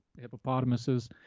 hippopotamuses